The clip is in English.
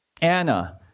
Anna